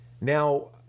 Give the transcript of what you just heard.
Now